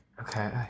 Okay